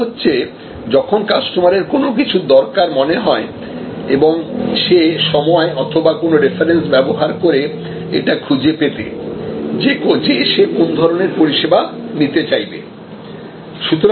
এটা হচ্ছে যখন কাস্টমারের কোনো কিছুর দরকার মনে হয় এবং সে সময় অথবা কোন রেফারেন্স ব্যবহার করে এটা খুঁজে পেতে যে সে কোন ধরনের পরিষেবা নিতে চাইবে